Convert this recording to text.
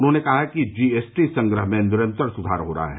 उन्होंने कहा कि जी एस टी संग्रह में निरंतर सुधार हो रहा है